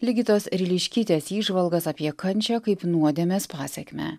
ligitos ryliškytės įžvalgas apie kančią kaip nuodėmės pasekmę